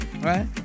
right